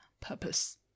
purpose